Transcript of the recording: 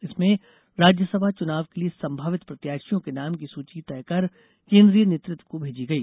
इसमें राज्यसभा चुनाव के लिए संभावित प्रत्याशियों के नाम की सूची तय कर केंद्रीय नेतृत्व को भेजी गई